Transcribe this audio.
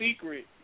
secret